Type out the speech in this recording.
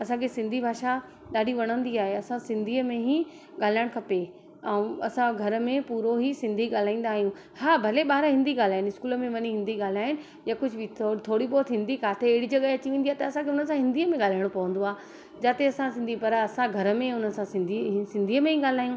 असांखे सिंधी भाषा ॾाढी वणंदी आहे असां सिंधीअ में ई ॻाल्हाइणु खपे ऐं असां घर में पूरो ई सिंधी ॻाल्हाईंदा आहियूं हा भले ॿार हिंदी ॻाल्हाइनि स्कूल में वञी हिंदी ॻाल्हाइनि या कुझु बि थो थोरी बहोत हिंदी काथे अहिड़ी जॻहि अची वेंदी आहे त असांखे उन सां हिंदीअ में ॻाल्हाइणो पवंदो आहे जाते असां सिंधी पर असां घर में हुन सां सिंधी सिंधीअ में ई ॻाल्हियूं